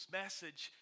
message